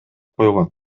койгон